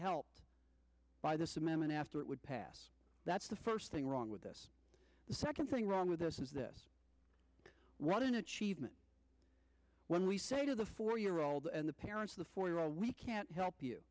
helped by this amendment after it would pass that's the first thing wrong with this the second thing wrong with this is this what an achievement when we say to the four year old and the parents of the four year old we can't help you